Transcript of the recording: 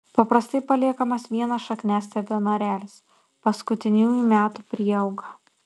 paprastai paliekamas vienas šakniastiebio narelis paskutiniųjų metų prieauga